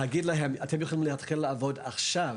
להגיד להם שהם יכולים להתחיל לעבוד עכשיו,